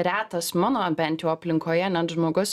retas mano bent jau aplinkoje net žmogus